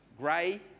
grey